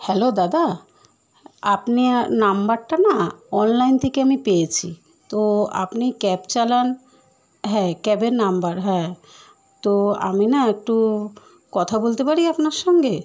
hello দাদা আপনার নাম্বারটা না অনলাইন থেকে আমি পেয়েছি তো আপনি ক্যাব চালান হ্যাঁ ক্যাবের নাম্বার হ্যাঁ তো আমি না একটু কথা বলতে পারি আপনার সঙ্গে